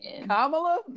Kamala